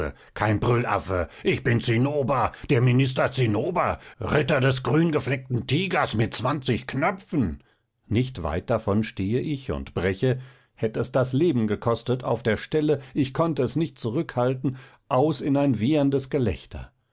kein brüllaffe ich bin zinnober der minister zinnober ritter des grüngefleckten tigers mit zwanzig knöpfen nicht weit davon stehe ich und breche hätt es das leben gekostet auf der stelle ich konnte mich nicht zurückhalten aus in ein wieherndes gelächter